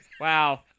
Wow